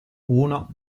uno